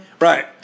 Right